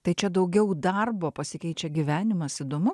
tai čia daugiau darbo pasikeičia gyvenimas įdomu